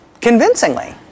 convincingly